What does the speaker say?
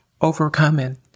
overcoming